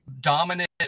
dominant